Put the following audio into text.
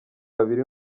babiri